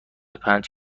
پنج